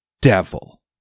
devil